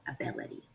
ability